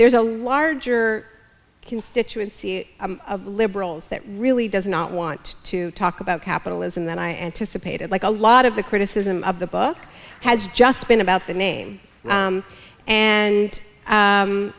there's a larger constituency of liberals that really does not want to talk about capitalism that i anticipated like a lot of the criticism of the book has just been about the name